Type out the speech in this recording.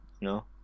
No